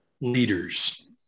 leaders